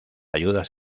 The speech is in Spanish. ayudas